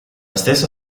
stessa